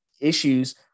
issues